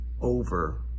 over